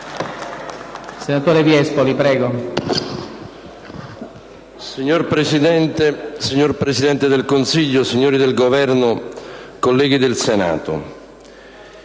finestra") *(CN-Io Sud-FS)*. Signor Presidente, signor Presidente del Consiglio, signori del Governo, colleghi del Senato,